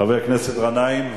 חבר הכנסת גנאים?